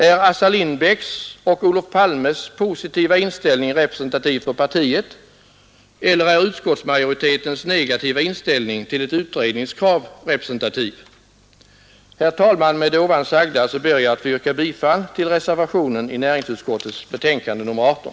Är Assar Lindbecks och Olof Palmes positiva inställning representativ för partiet, eller är utskottsmajoritetens negativa inställning till ett utredningskrav representativ? Herr talman! Med det sagda ber jag att få yrka bifall till reservationen i näringsutskottets betänkande nr 18.